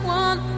one